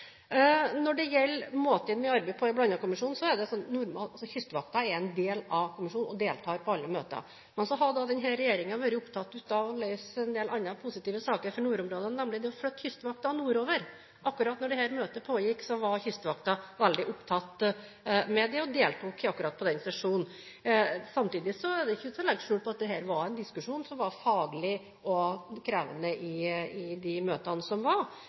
Når det gjelder måten vi arbeider på i Blandakommisjonen, er det sånn at Kystvakten er en del av kommisjonen og deltar på alle møter. Så har denne regjeringen vært opptatt av en del andre positive saker for nordområdene, nemlig det å flytte Kystvakten nordover. Da dette møtet pågikk, var Kystvakten veldig opptatt med det og deltok ikke i akkurat den sesjonen. Samtidig er det ikke til å legge skjul på at det var en faglig krevende diskusjon i de møtene som var. Når det gjaldt å løse et praktisk problem for norske og